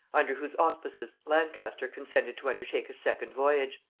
under whose auspices lancaster consented to undertake a second voyage.